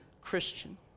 Christian